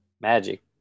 magic